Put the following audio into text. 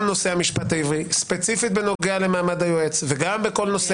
המשפט העברי ספציפית בעניין מעמד היועץ וגם בכל נושא